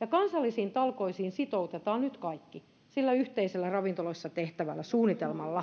ja kansallisiin talkoisiin sitoutetaan nyt kaikki sillä yhteisellä ravintoloissa tehtävällä suunnitelmalla